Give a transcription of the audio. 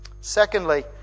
Secondly